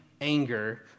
anger